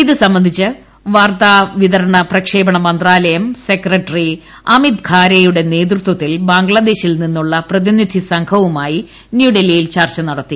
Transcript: ഇത് സംബന്ധിച്ച് വാർത്താപ്രക്ഷേപണ മന്ത്രാലയം സെക്രട്ടറി അമിത് ഘാരെയുടെ നേതൃത്വത്തിൽ ബംഗ്ലാദേശിൽ നിന്നുള്ള പ്രതിനിധി സംഘവുമായി ന്യൂഡൽഹിയിൽ ചർച്ച നടത്തി